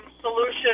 solution